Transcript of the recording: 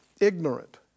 ignorant